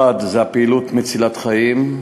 1. הפעילות מצילת חיים,